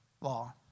law